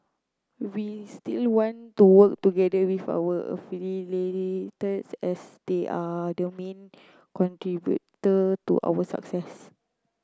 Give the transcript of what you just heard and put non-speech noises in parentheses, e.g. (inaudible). we still want to work together with our (unintelligible) as they are the main contributor to our success